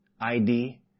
ID